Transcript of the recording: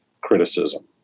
criticism